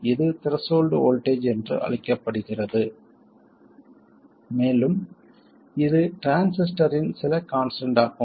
இது threshold voltage என்று அழைக்கப்படுகிறது மேலும் இது டிரான்சிஸ்டரின் சில கான்ஸ்டன்ட் ஆகும்